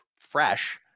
fresh